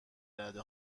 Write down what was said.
رده